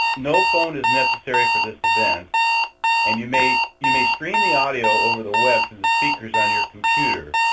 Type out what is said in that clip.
no phone is necessary for this event and you may you may stream the audio over the web through the speakers on your computer.